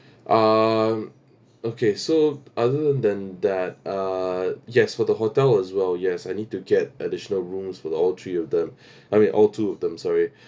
um okay so other than that uh yes for the hotel as well yes I need to get additional rooms for the all three of them I mean all two of them sorry